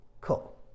Cool